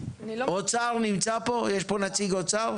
האם נמצא פה נציג אוצר?